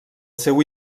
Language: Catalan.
seu